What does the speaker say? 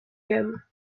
gamme